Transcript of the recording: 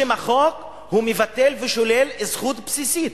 בשם החוק הוא מבטל ושולל זכות בסיסית.